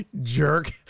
jerk